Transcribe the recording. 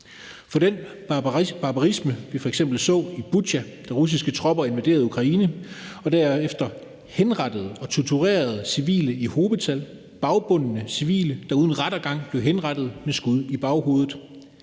for den barbarisme, vi f.eks. så i Butja, da russiske tropper invaderede Ukraine og derefter henrettede og torturerede civile i hobetal, bagbundne civile, der uden rettergang blev henrettet med skud i baghovedet,